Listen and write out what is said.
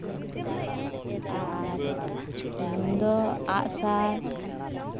ᱟᱨ ᱤᱧᱫᱚ ᱟᱜ ᱥᱟᱨ